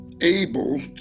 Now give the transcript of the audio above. able